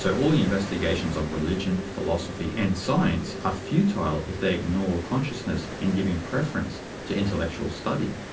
so all the investigations of religion, philosophy, and science are futile if they ignore consciousness in giving preference to intellectual study.